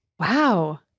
Wow